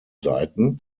seiten